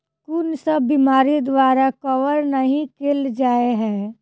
कुन सब बीमारि द्वारा कवर नहि केल जाय है?